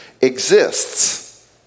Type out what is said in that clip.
exists